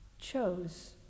chose